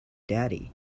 daddy